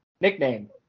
nickname